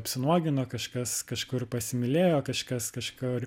apsinuogino kažkas kažkur pasimylėjo kažkas kažkur